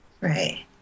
Right